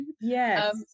yes